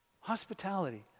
Hospitality